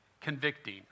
convicting